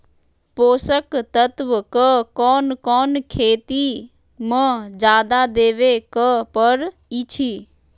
पोषक तत्व क कौन कौन खेती म जादा देवे क परईछी?